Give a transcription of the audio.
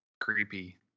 creepy